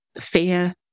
fear